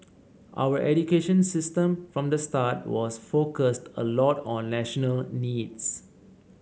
our education system from the start was focused a lot on national needs